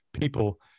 people